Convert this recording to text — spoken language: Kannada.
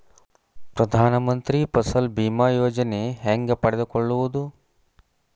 ಪ್ರಧಾನ ಮಂತ್ರಿ ಫಸಲ್ ಭೇಮಾ ಯೋಜನೆ ಹೆಂಗೆ ಪಡೆದುಕೊಳ್ಳುವುದು?